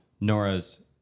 nora's